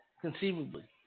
conceivably